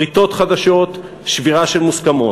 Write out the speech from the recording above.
בריתות חדשות, שבירה של מוסכמות.